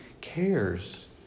cares